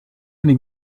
eine